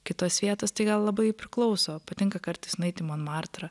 kitos vietos tai gal labai priklauso patinka kartais nueit į monmartrą